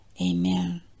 Amen